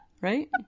Right